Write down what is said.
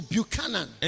Buchanan